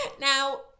Now